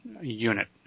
unit